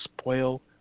spoil